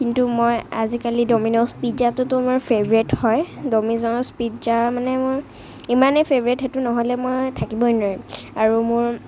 কিন্তু মই আজিকালি ডমিন'জ পিজ্জাটোতো মোৰ ফেভৰেট হয় ডমিন'জ পিজ্জা মানে মোৰ ইমানেই ফেভৰেট সেইটো নহ'লে মই থাকিবই নোৱাৰিম আৰু মোৰ